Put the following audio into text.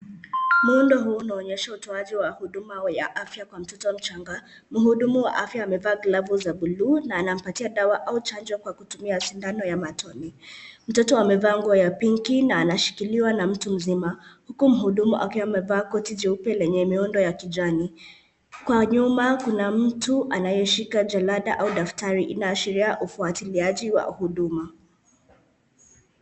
Muhudo huu unaonyesha utoaji wa huduma ya afya kwa mtoto mchanga. Mhudumu wa afya amevaa glavu za buluu na anatoa dawa au chanjo kwa kutumia sindano ya matone. Mtoto amevaa nguo ya pinki na anashikiliwa na mtu mzima. Uku mhudumu akiwa amevaa koti jeupe lenye miundo ya kijani. Kwa nyuma, kuna mtu anayeshika jalada au daftari, inaashiria ufuatiliaji wa huduma.